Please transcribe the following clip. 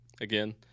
Again